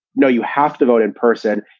no, you have to vote in person.